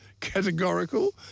categorical